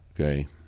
Okay